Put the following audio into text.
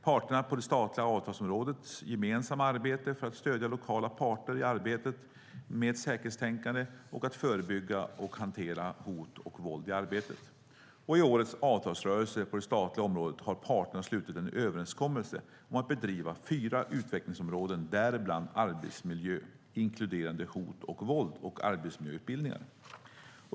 Parterna på det statliga avtalsområdet utför ett gemensamt arbete för att stödja lokala parter i arbetet med säkerhetstänkande och att förebygga och hantera hot och våld i arbetet. I årets avtalsrörelse på det statliga området har parterna slutit en överenskommelse om fyra utvecklingsområden, däribland Arbetsmiljö, inkluderande Hot och våld och arbetsmiljöutbildningar.